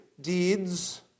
deeds